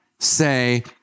say